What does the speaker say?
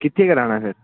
ਕਿੱਥੇ ਕਰਵਾਉਣਾ ਫਿਰ